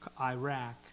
Iraq